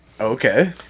Okay